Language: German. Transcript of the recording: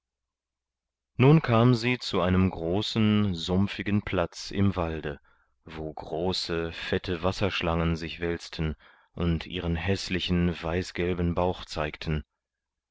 nun kam sie zu einem großen sumpfigen platz im walde wo große fette wasserschlangen sich wälzten und ihren häßlichen weißgelben bauch zeigten